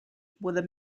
were